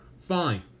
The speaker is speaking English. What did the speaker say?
fine